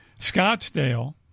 Scottsdale